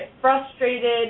frustrated